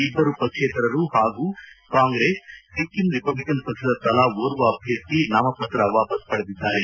ಇಬ್ಬರು ಪಕ್ಷೇತರರು ಹಾಗೂ ಕಾಂಗ್ರೆಸ್ ಸಿಕ್ಕಿಂ ರಿಪಬ್ಲಿಕ್ ಪಕ್ಷದ ತಲಾ ಓರ್ವ ಅಭ್ಯರ್ಥಿ ನಾಮಪತ್ರ ವಾಪಸ್ ಪಡೆದಿದ್ದಾರೆ